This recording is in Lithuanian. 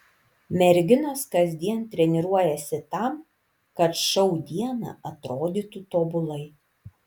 merginos kasdien treniruojasi tam kad šou dieną atrodytų tobulai